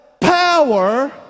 power